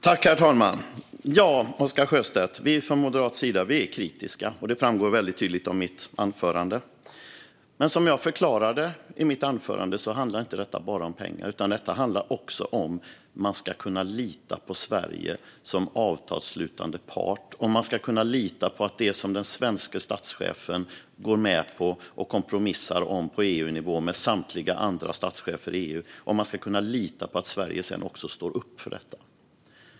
Herr talman! Ja, Oscar Sjöstedt, vi är kritiska från moderat sida, och det framgår väldigt tydligt av mitt anförande. Men som jag förklarade handlar detta inte bara om pengar utan också om att man ska kunna lita på Sverige som avtalsslutande part. Och man ska kunna lita på att Sverige står upp för det som den svenske statschefen går med på och kompromissar om på EU-nivå med samtliga andra statschefer i EU.